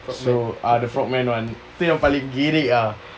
so ah the frogmen one tu yang paling gerek ah